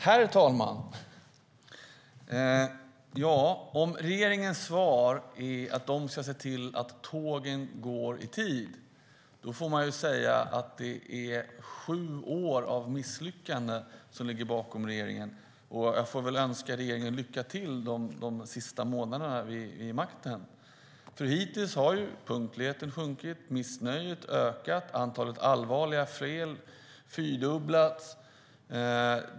Herr talman! Regeringens svar är att den ska se till att tågen går i tid. Nu har den sju år av misslyckanden bakom sig. Jag önskar regeringen lycka till under de sista månaderna vid makten. Hittills har ju punktligheten minskat, missnöjet ökat och antalet allvarliga fel har fyrdubblats.